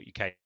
UK